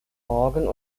morgen